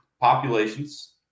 populations